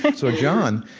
so john,